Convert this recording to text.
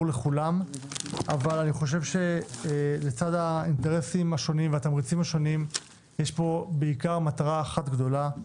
אבל לצד האינטרסים השונים והתמריצים השונים יש בעיקר מטרה אחת גדולה: